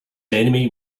enemy